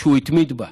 שהוא התמיד בה: